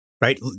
right